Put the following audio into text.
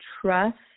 trust